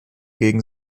gegen